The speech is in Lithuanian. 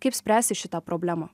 kaip spręsti šitą problemą